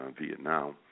Vietnam